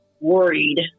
worried